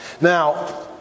Now